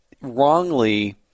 wrongly